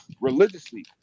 religiously